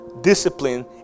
discipline